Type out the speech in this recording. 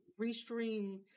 restream